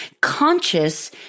conscious